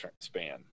span